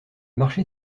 marché